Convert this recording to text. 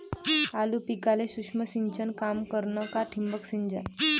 आलू पिकाले सूक्ष्म सिंचन काम करन का ठिबक सिंचन?